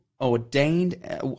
ordained